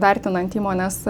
vertinant įmonės